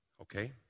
Okay